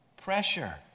Pressure